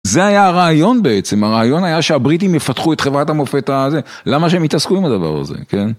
זה היה הרעיון בעצם, הרעיון היה שהבריטים יפתחו את חברת המופת הזה, למה שהם התעסקו עם הדבר הזה, כן?